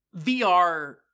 VR